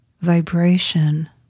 vibration